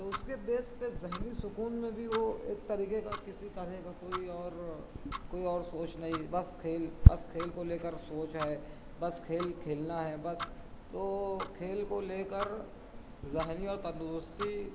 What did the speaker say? تو اس کے بیس پہ ذہنی سکون میں بھی وہ ایک طریقے کا کسی طرح کا کوئی اورکوئی اور سوچ نہیں بس کھیل بس کھیل کو لے کر سوچ ہے بس کھیل کھیلنا ہے بس تو کھیل کو لے کر ذہنی اور تندرستی